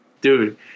Dude